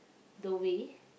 the way